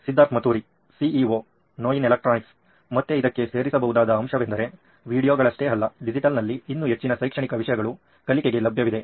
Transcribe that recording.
Siddharth Maturi CEO ನೋಯಿನ್ electronics ಮತ್ತೆ ಇದಕ್ಕೆ ಸೇರಿಸಬಹುವುದಾದ ಅಂಶವೆಂದರೆ ವೀಡಿಯೊಗಳಷ್ಟೇ ಅಲ್ಲ ಡಿಜಿಟಲ್ನಲ್ಲಿ ಇನ್ನು ಹೆಚ್ಚಿನ ಶೈಕ್ಷಣಿಕ ವಿಷಯಗಳು ಕಲಿಕೆಗೆ ಲಭ್ಯವಿದೆ